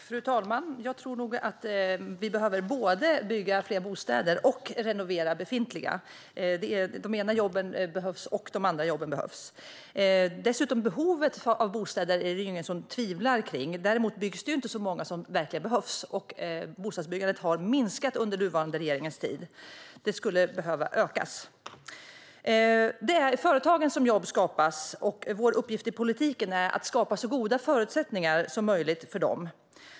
Fru talman! Vi behöver nog både bygga fler bostäder och renovera befintliga. Alla jobb behövs. Att det behövs bostäder tvivlar ingen på. Det byggs dock inte så många som det behövs, och bostadsbyggandet har minskat under den nuvarande regeringens tid. Det skulle behöva öka. Det är i företagen som jobben skapas, och vår uppgift i politiken är att skapa så goda förutsättningar som möjligt för företagen.